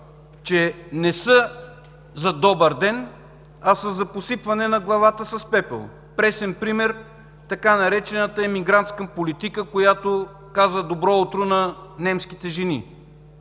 че не са за „Добър ден”, а са за посипване на главата с пепел. Пресен пример – така наречената „емигрантска политика”, която казва „Добро утро” на немските жени.